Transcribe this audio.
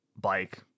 bike